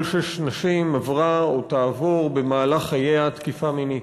שש נשים עברה או תעבור במהלך חייה תקיפה מינית.